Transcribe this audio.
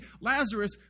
Lazarus